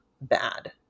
bad